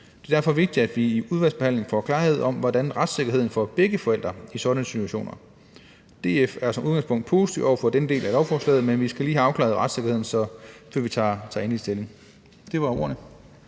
Det er derfor vigtigt, at vi i udvalgsbehandlingen får klarhed over retssikkerheden for begge forældre i sådanne situationer. DF er som udgangspunkt positive over for den del af lovforslaget, men vi skal lige have afklaret retssikkerheden, før vi tager endelig stilling. Det var ordene.